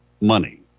money